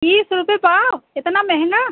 तीस रुपए पाव इतना महँगा